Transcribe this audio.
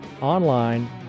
online